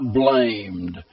blamed